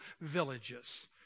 villages